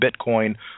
bitcoin